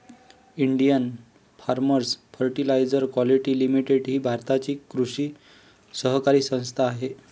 Indian farmers fertiliser quality limited ही भारताची कृषी सहकारी संस्था आहे